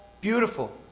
beautiful